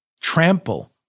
trample